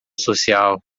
social